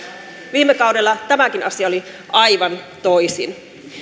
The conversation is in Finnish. viime kaudella tämäkin asia oli aivan toisin